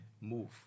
move